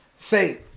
Say